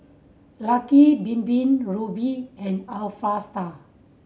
Lucky Bin Bin Rubi and Alpha Star